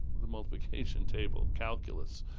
the multiplication table, calculus,